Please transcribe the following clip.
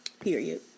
Period